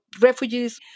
refugees